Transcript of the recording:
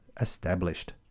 established